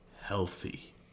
healthy